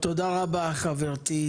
תודה רבה חברתי,